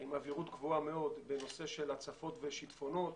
עם עבירות גבוהה מאוד בנושא של הצפות ושיטפונות.